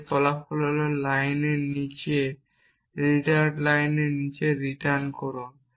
এর ফলাফল হল লাইনের নিচে রিটার্ন লাইনের নিচে রিটার্ন করুন